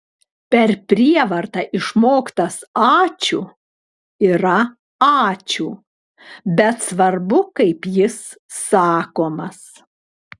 per prievartą išmoktas ačiū yra ačiū bet svarbu kaip jis sakomas